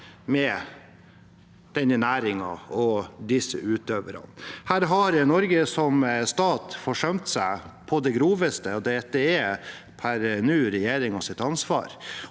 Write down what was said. med denne næringen og disse utøverne. Her har Norge som stat forsømt seg på det groveste. Det er per nå regjeringens ansvar,